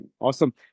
Awesome